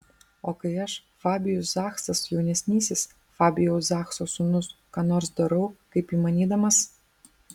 o kai aš fabijus zachsas jaunesnysis fabijaus zachso sūnus ką nors darau kaip įmanydamas